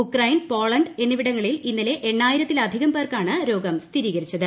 Ukraine പോള് എന്നിവിടങ്ങളിൽ ഇന്നലെ എണ്ണായിരത്തിലധികം പേർക്കാണ് രോഗം സ്ഥിരീകരിച്ചത്